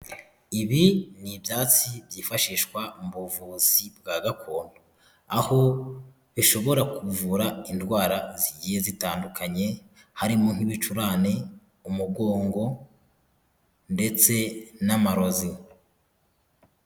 Ibi ni ibyatsi byifashishwa mu buvuzi bwa gakondo. Aho bishobora kuvura indwara zigiye zitandukanye, harimo nk'ibicurane, umugongo ndetse n'amarozi.